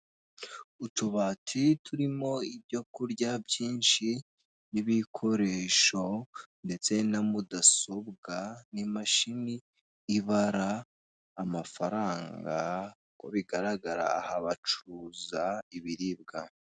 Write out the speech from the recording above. Utubati turimo ibyo kurya byinshi n'ibikoresho ndetse na mudasobwa n'imashini ibara amafaranga ko bigaragara aha bacuruza ibiribwa.